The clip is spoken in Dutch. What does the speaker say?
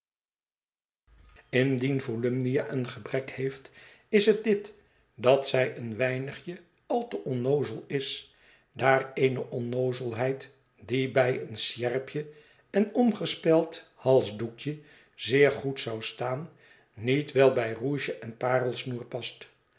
indien volumnia een gebrek heeft is het dit dat zij een weinig e al te onnoozel is daar eene onnoozelheid die bij een sjerpje en omgespeld halsdoekje zeer goed zou staan niet wel bij rouge en